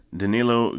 danilo